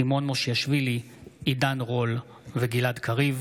סימון מושיאשוילי, עידן רול וגלעד קריב